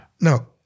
no